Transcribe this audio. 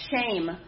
shame